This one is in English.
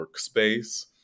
workspace